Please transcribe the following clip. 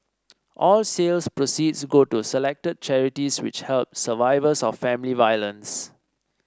all sales proceeds go to selected charities which help survivors of family violence